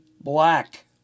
black